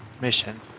mission